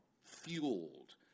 fueled